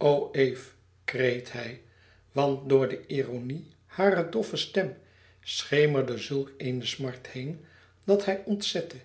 o eve kreet hij want door de ironie harer doffe stem schemerde zulk eene smart heen dat hij ontzette